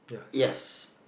yes